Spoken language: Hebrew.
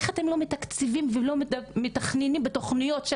אז איך אתם לא מתקצבים ולא מתכננים בתוכניות של